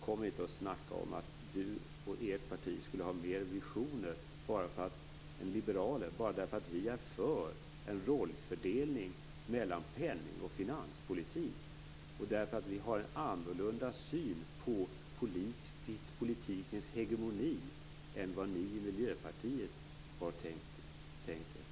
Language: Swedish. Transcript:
Kom inte och snacka om att Peter Eriksson och hans parti skulle ha mer visioner än en liberal bara därför att vi är för en rollfördelning mellan penning och finanspolitik och därför att vi har en annorlunda syn på politikens hegemoni än vad ni i Miljöpartiet har tänkt er!